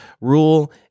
rule